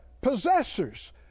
possessors